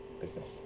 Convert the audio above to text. business